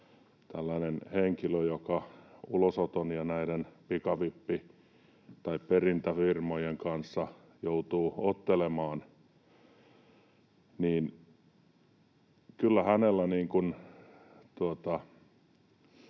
tällaisella henkilöllä, joka ulosoton ja näiden pikavippi- tai perintäfirmojen kanssa joutuu ottelemaan,